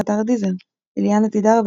באתר דיזר אליאנה תדהר,